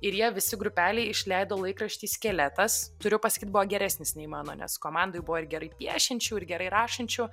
ir jie visi grupelėj išleido laikraštį skeletas turiu pasakyt buvo geresnis nei mano nes komandoj buvo ir gerai piešiančių ir gerai rašančių